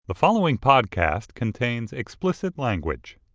the following podcast contains explicit language